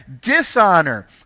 dishonor